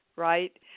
right